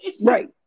Right